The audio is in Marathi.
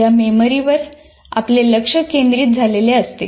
या मेमरी वर आपले लक्ष केंद्रित झालेले असते